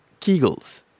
Kegels